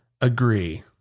agree